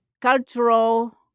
cultural